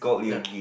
no